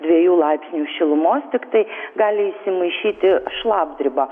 dviejų laipsnių šilumos tiktai gali įsimaišyti šlapdriba